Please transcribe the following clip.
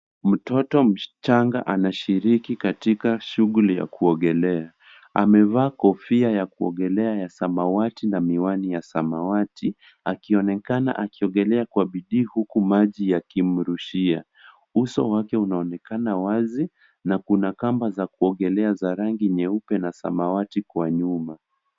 Mtoto mchanga anashiriki katika shughuli ya kuogelea. Amevaa kofia ya kuogelea ya samawati na miwani ya samawati akionekana akiogelea kwa bidii huku maji yakimrushia. Uso wake unaonekana wazi na kuna kamba za kuogelea za rangi nyeupe na sawawati kwa nyuma.